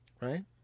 right